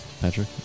Patrick